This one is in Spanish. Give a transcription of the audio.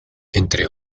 entre